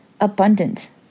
abundant